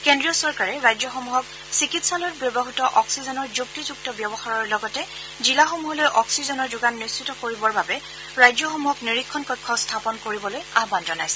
কেন্দ্ৰীয় চৰকাৰে ৰাজ্যসমূহক চিকিৎসালয়ত ব্যৱহৃত অক্সিজেনৰ যুক্তিযুক্ত ব্যৱহাৰৰ লগতে জিলাসমূহলৈ অক্সিজেনৰ যোগান নিশ্চিত কৰিবৰ বাবে ৰাজ্যসমূহক নিৰীক্ষণ কক্ষ স্থাপন কৰিবলৈ আহবান জনাইছে